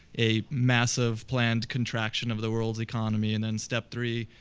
a massive planned contraction of the world economy, and then step three,